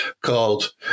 called